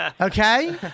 Okay